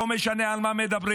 לא משנה על מה מדברים,